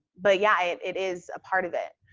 but yeah, it it is a part of it.